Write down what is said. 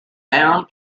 bound